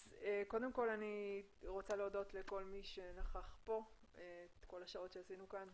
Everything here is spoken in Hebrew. אני רוצה להודות לכל מי שנכח כאן במשך כל השעות שעשינו כאן.